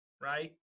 Right